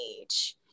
age